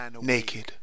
naked